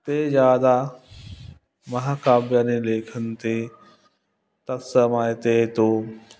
ते यदा महाकाव्यानि लिखन्ति तत्समये ते तु